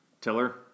Tiller